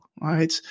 right